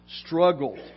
struggled